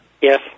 Yes